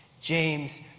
James